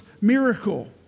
miracle